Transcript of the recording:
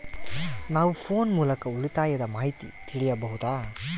ನಾವು ಫೋನ್ ಮೂಲಕ ಉಳಿತಾಯದ ಮಾಹಿತಿ ತಿಳಿಯಬಹುದಾ?